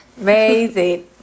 Amazing